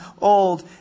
Old